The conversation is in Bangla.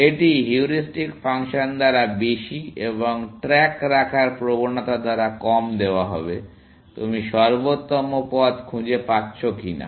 এটি হিউরিস্টিক ফাংশন দ্বারা বেশি এবং ট্র্যাক রাখার প্রবণতা দ্বারা কম দেওয়া হবে তুমি সর্বোত্তম পথ খুঁজে পাচ্ছ কিনা